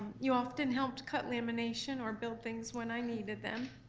you often helped cut lamination or built things when i needed them.